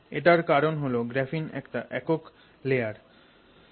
এটার কারণ হল গ্রাফিনের একটা একক লেয়ার আছে